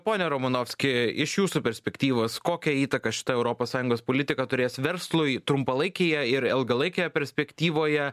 pone romanovski iš jūsų perspektyvos kokią įtaką šita europos sąjungos politika turės verslui trumpalaikėje ir ilgalaikėje perspektyvoje